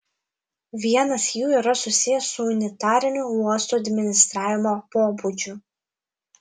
vienas jų yra susijęs su unitariniu uostų administravimo pobūdžiu